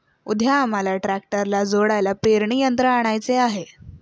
उद्या आम्हाला ट्रॅक्टरला जोडायला पेरणी यंत्र आणायचे आहे